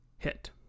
hit